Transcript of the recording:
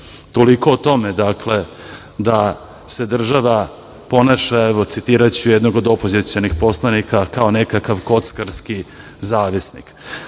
Toliko o tome, da se država ponaša, evo citiraću jednog odo opozicionih poslanika kao nekakav „kockarski zavisnik“,